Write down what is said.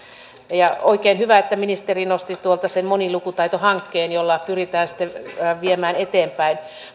on oikein hyvä että ministeri nosti tuolta sen monilukutaito hankkeen jolla pyritään sitä viemään eteenpäin